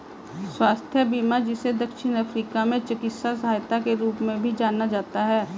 स्वास्थ्य बीमा जिसे दक्षिण अफ्रीका में चिकित्सा सहायता के रूप में भी जाना जाता है